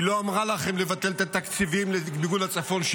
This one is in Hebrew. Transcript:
היא לא אמרה לכם לבטל את התקציבים למיגון הצפון,